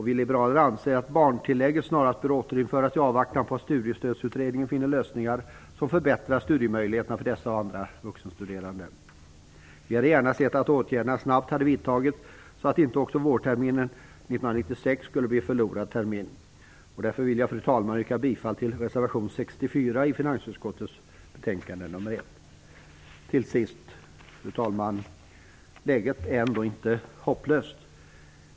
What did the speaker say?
Vi liberaler anser att barntillägget snarast bör återinföras i avvaktan på att Studiestödsutredningen finner lösningar som förbättrar studiemöjligheterna för dessa och andra vuxenstuderande. Vi hade gärna sett att åtgärder snabbt hade vidtagits, så att inte också vårterminen 1996 skall bli en förlorad termin. Fru talman! Därför vill jag yrka bifall till reservation 64 i finansutskottets betänkande nr 1. Fru talman! Till sist vill jag säga att läget ändå inte är hopplöst.